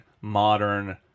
modern